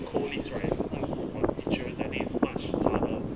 coleads right insurance I think it's much harder